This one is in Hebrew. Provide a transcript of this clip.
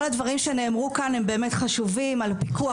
כל הדברים שנאמרו כאן הם באמת חשובים פיקוח,